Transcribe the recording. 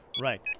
Right